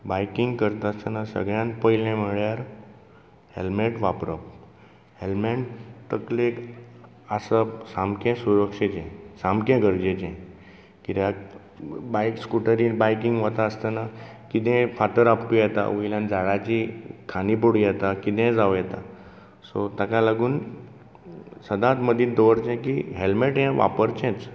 biking करता आसतना सगळ्यांत पयलें म्हळ्यार हॅलमॅट वापरप हॅलमॅट तकलेक आसप सामकें सुरक्षेचें सामकें गरजेचें कित्याक बायक स्कुटरीन बायकींग वता आसतना कितेंय फातर आपटूं येता वयल्यान झाडांची खानी पडूं येता कितेंय जावं येता सो ताका लागून सदांच मतींत दवरचें की हॅलमॅट हें वापरचेंच